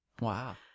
Wow